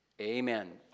Amen